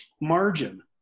margin